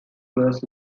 was